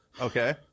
Okay